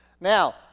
Now